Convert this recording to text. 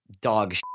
dog